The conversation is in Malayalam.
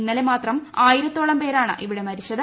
ഇന്നലെ മാത്രം ആയിരത്തോളം പേരാണ് ഇവിടെ മരിച്ചത്